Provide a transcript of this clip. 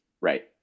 Right